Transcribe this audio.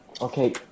okay